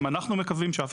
אם זאת